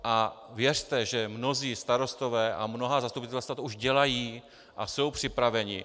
A věřte, že mnozí starostové a mnohá zastupitelstva to už dělají a jsou připraveni.